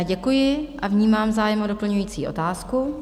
Děkuji a vnímám zájem o doplňující otázku.